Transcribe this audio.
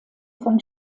von